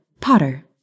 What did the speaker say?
Potter